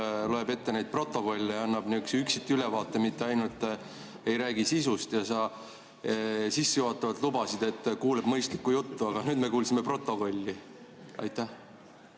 loeb ette neid protokolle ja annab üksiti sihukese ülevaate, mitte ainult ei räägi sisust. Sa sissejuhatavalt lubasid, et kuuleb mõistlikku juttu, aga nüüd me kuulsime protokolli. Aitäh,